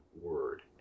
word